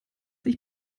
ich